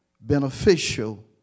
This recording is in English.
beneficial